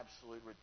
absolute